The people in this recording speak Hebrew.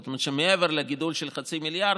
זאת אומרת שמעבר לגידול של חצי מיליארד,